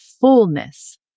fullness